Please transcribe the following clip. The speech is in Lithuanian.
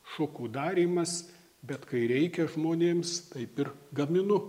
šukų darymas bet kai reikia žmonėms taip ir gaminu